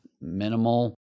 minimal